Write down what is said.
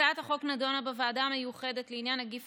הצעת החוק נדונה בוועדה המיוחדת לעניין נגיף